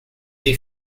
see